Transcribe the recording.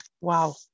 wow